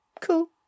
cool